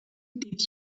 did